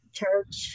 church